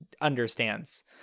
understands